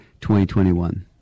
2021